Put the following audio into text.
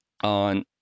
on